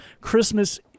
Christmas